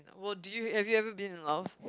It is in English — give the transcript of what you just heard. what do you have you ever been in love